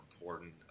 important